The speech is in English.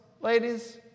ladies